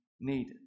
needed